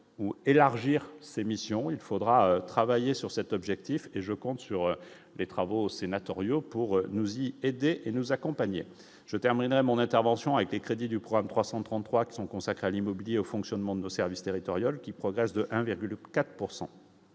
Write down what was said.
ou élargir ses missions, il faudra travailler sur cet objectif et je compte sur les travaux sénatoriaux pour nous y aider et nous accompagner, je terminerai mon intervention a été crédits du problème 333 qui sont consacrés à l'immobilier au fonctionnement de nos services territoriaux l'qui progresse de 1,4